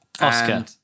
Oscar